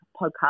podcast